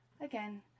Again